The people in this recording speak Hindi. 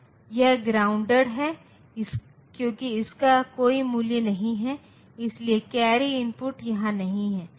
यह ग्राउंडेड है क्योंकि इसका कोई मूल्य नहीं है इसलिए कैरी इनपुट यहां नहीं है